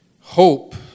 hope